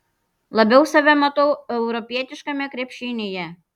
labiau save matau europietiškame krepšinyje